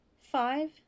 Five